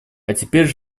теперь